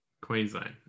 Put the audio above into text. Queensland